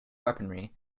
weaponry